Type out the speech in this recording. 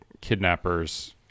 kidnappers